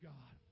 God